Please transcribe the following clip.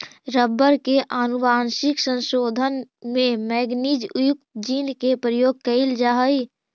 rubber के आनुवंशिक संशोधन में मैगनीज युक्त जीन के प्रयोग कैइल जा हई